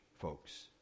folks